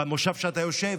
במושב שאתה יושב,